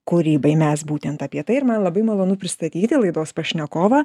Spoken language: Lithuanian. kūrybai mes būtent apie tai ir man labai malonu pristatyti laidos pašnekovą